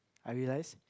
I realise